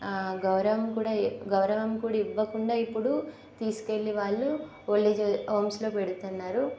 గౌరవం కూడా గౌరవం కూడా ఇవ్వకుండా ఇప్పుడు తీసుకెళ్ళి వాళ్ళు ఇప్పడు ఓల్డ్ ఏజ్ హోమ్స్లో పెడుతున్నారు